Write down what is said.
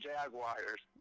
Jaguars